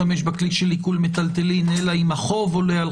אין שום מניעות ואנחנו גם יכולים לקדם